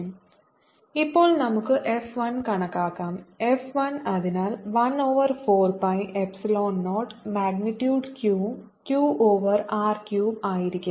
F∝ x FQ214π0Q1Q2r3r12 ഇപ്പോൾ നമുക്ക് F 1 കണക്കാക്കാം F 1അതിനാൽ 1 over 4 pi epsilon 0 magnitude Q q over r cube ആയിരിക്കും